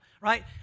right